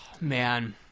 Man